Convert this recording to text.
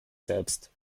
selbst